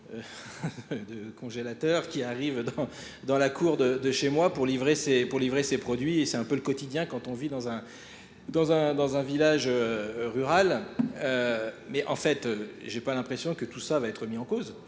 de congélateur qui arrive dans la cour de chez moi pour livrer ses produits. C'est un peu le quotidien quand on vit dans un village rural. Mais en fait, je n'ai pas l'impression que tout ça va être mis en cause.